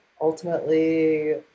ultimately